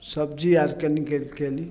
सबजी आर कनी कयली